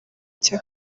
cya